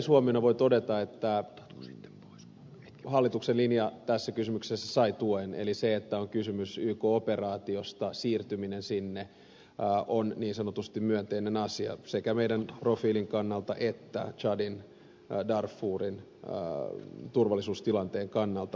yleishuomiona voi todeta että hallituksen linja tässä kysymyksessä sai tuen eli kun on kysymys yk operaatiosta siirtyminen sinne on niin sanotusti myönteinen asia sekä meidän profiilimme kannalta että tsadin darfurin turvallisuustilanteen kannalta